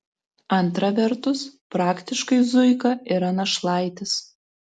antra vertus praktiškai zuika yra našlaitis